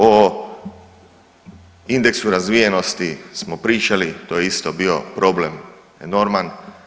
O indeksu razvijenosti smo pričali, to je isto bio problem enorman.